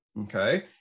Okay